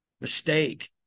mistake